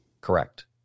Correct